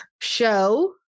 show